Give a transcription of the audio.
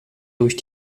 durch